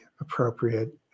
appropriate